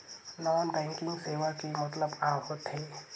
Non banking सेवा के मतलब का होथे?